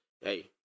Hey